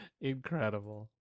Incredible